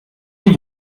die